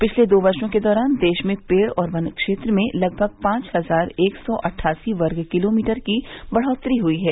पिछले दो वर्षों के दौरान देश में पेड़ और वन क्षेत्र में लगभग पांच हजार एक सौ अट्ठासी वर्ग किलोमीटर की बढ़ोत्तरी हुई है